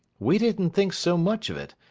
we didn't think so much of it,